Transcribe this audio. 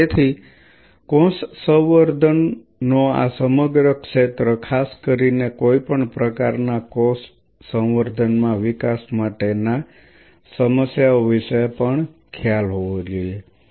તેથી કોષ સંવર્ધનનો આ સમગ્ર ક્ષેત્ર ખાસ કરીને કોઈપણ પ્રકારના કોષ સંવર્ધન માં વિકાસ માટે ના સમસ્યાઓ વિશે પણ ખ્યાલ હોવો જોઈએ